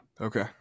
Okay